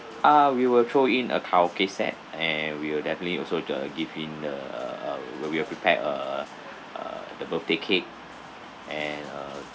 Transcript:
ah we will throw in a karaoke set and we will definitely also the give him the uh uh we we will prepare the uh uh the birthday cake and uh